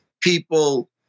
people